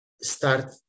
start